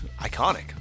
iconic